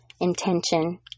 intention